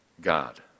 God